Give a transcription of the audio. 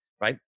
right